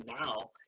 now